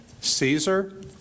Caesar